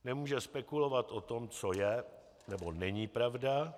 Nemůže spekulovat o tom, co je, nebo není pravda.